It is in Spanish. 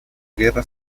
guerras